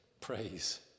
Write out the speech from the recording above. praise